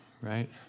right